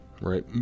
right